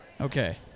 Okay